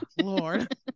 lord